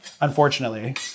Unfortunately